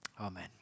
Amen